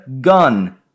Gun